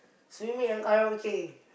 swimming and karaoke